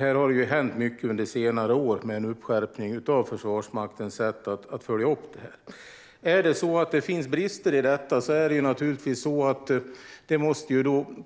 Här har det ju hänt mycket under senare år, med en skärpning av Försvarsmaktens sätt att följa upp detta. Är det så att det finns brister i detta måste det naturligtvis